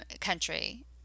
country